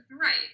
Right